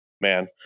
man